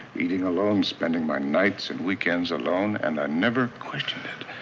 eating alone, spending my nights and weekends alone, and i never questioned it.